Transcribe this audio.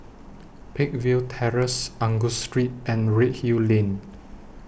Peakville Terrace Angus Street and Redhill Lane